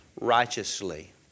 righteously